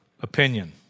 opinion